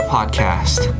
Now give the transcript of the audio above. Podcast